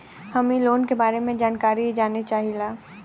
हम इ लोन के बारे मे जानकारी जाने चाहीला?